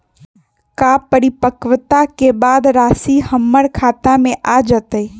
का परिपक्वता के बाद राशि हमर खाता में आ जतई?